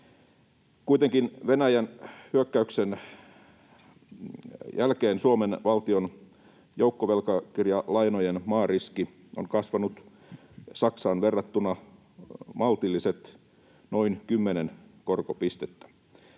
Kuitenkin Venäjän hyökkäyksen jälkeen Suomen valtion joukkovelkakirjalainojen maariski on kasvanut Saksaan verrattuna maltilliset noin 10 korkopistettä.